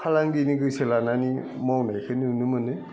फालांगिनि गोसो लानानै मावनायखो नुनो मोनो